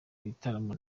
ibitaramo